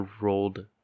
rolled